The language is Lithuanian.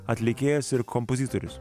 atlikėjas ir kompozitorius